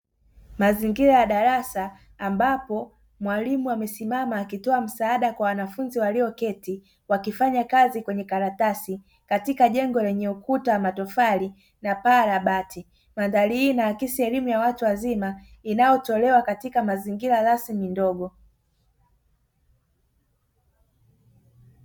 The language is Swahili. Mazingira ya darasa ambapo mwalimu amesimama akitoa msaada kwa wanafunzi walioketi, wakifanya kazi kwenye karatasi katika jengo lenye ukuta wa matofali na paa la bati. Mandhari hii inaakisi elimu ya watu wazima inayotolewa katika mandhari rasmi ndogo.